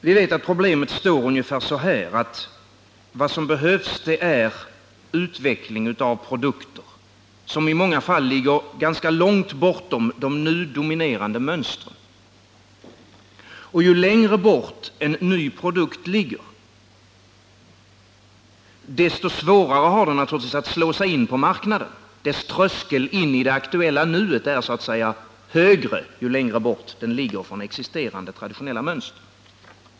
Vi vet att problemet ser ut ungefär så här: Vad som behövs är utveckling av produkter som i många fall ligger ganska långt bortom de nu dominerande mönstren. Ju längre bort en ny produkt ligger, desto svårare har den naturligtvis att slå sig in på marknaden. Dess tröskel in mot det aktuella nuet är högre ju längre bort den ligger från existerande traditionella mönster.